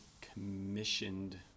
Commissioned